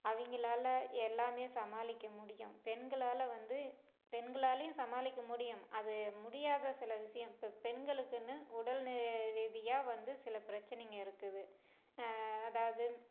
அவங்களால எல்லாம் சமாளிக்க முடியும் பெண்களால் வந்து பெண்களாலேயும் சமாளிக்க முடியும் அது முடியாத சில விஷயம் இப்போ பெண்களுக்குன்னு உடல் ரீதியாக வந்து சில பிரச்சனைங்க இருக்குது அதாவது